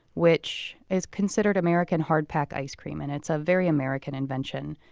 which is considered american hard pack ice cream, and it's a very american invention.